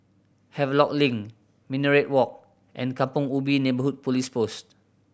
Havelock Link Minaret Walk and Kampong Ubi Neighbourhood Police Post